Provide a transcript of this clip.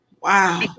Wow